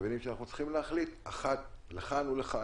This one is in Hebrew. מבינים שאנחנו צריכים להחליט אחת לכאן או לכאן.